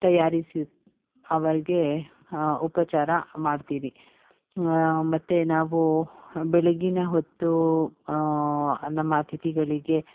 ತಯಾರಿಸಿ ಅವ್ರಿಗೆ ಉಪಚಾರ ಮಾಡ್ತೀರಿ ಮತ್ತೆ ನಾವು ಬೆಳಿಗ್ಗಿನ ಹೊತ್ತು ನಮ್ಮ ಅತಿಥಿಗಳಿಗೆ